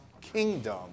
kingdom